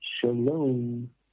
Shalom